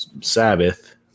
Sabbath